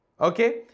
Okay